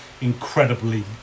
incredibly